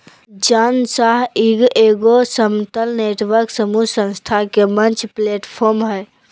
जन सहइोग एगो समतल नेटवर्क समूह संस्था के मंच प्लैटफ़ार्म हइ